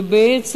ובעצם,